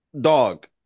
dog